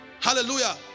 Hallelujah